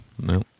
No